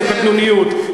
זו קטנוניות,